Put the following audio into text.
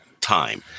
time